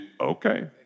Okay